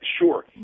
sure